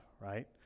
right